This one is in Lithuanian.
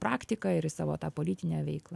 praktiką ir į savo tą politinę veiklą